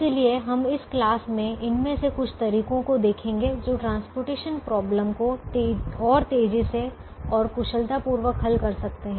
इसलिए हम इस क्लास में इनमें से कुछ तरीकों को देखेंगे जो परिवहन समस्या को और तेजी से और कुशलतापूर्वक हल कर सकते है